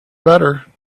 better